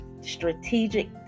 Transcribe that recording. strategic